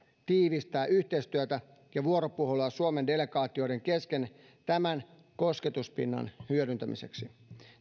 tiivistää yhteistyötä ja vuoropuhelua suomen delegaatioiden kesken tämän kosketuspinnan hyödyntämiseksi